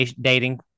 dating